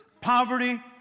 Poverty